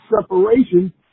separation